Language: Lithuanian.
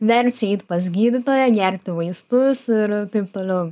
verčia eit pas gydytoją gerti vaistus ir taip toliau